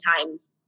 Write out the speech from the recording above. times